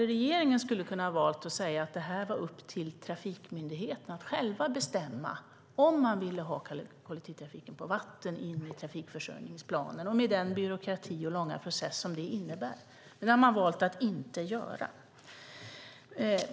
Regeringen skulle ha kunnat välja att säga att det är upp till trafikmyndigheterna att själva bestämma om de vill ha med kollektivtrafiken i vatten i trafikförsörjningsplanen, med den byråkrati och långa process som det innebär, men det har man valt att inte göra.